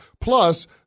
Plus